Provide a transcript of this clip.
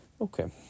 Okay